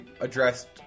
addressed